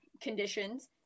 conditions